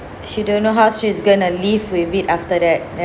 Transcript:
she don't know how she's gonna live with it after that ya